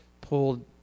pulled